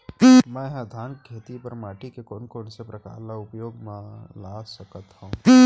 मै ह धान के खेती बर माटी के कोन कोन से प्रकार ला उपयोग मा ला सकत हव?